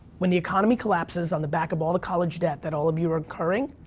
when the economy collapses on the back of all the college debt that all of you are occurring,